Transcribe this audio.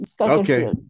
Okay